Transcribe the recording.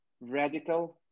radical